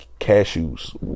cashews